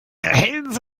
hälse